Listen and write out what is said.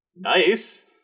Nice